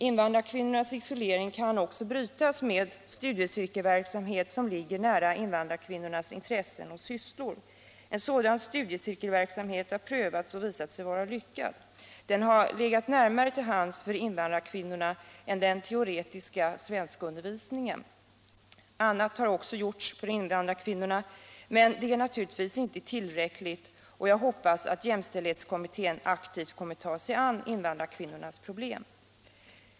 Invandrarkvinnornas isolering kan också brytas med studiecirkelverksamhet som ligger nära invandrarkvinnornas intressen och sysslor. En sådan studiecirkelverksamhet har prövats och visat sig vara lyckad. Den har legat närmare till hands för invandrarkvinnorna än den teoretiska svenskundervisningen. Annat har också gjorts för invandrarkvinnorna, men det är naturligtvis inte tillräckligt, och jag hoppas att jämställdhetskommittén aktivt kommer att ta sig an invandrarkvinnornas problem.